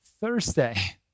Thursday